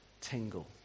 tingle